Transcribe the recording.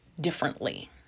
differently